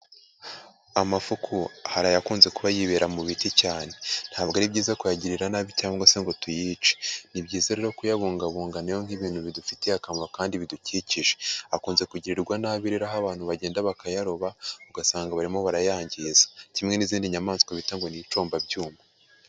Amafuku hari ayakunze kuba yibera mu biti cyane, ntabwo ari byiza kuyagirira nabi cyangwa se ngo tuyice, ni byiza rero no kuyabungabunga nayo nk'ibintu bidufitiye akamaro kandi bidukikije, akunze kugirirwa nabi rero aho abantu bagenda bakayaroba ugasanga barimo barayangiza, kimwe n'izindi nyamaswa bita ngo ni inshombabyuma.